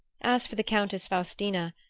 as for the countess faustina,